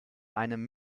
einem